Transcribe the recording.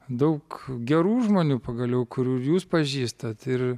daug gerų žmonių pagaliau kurių ir jūs pažįstat ir